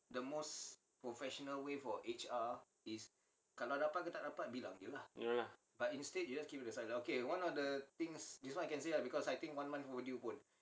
ya lah